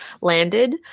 landed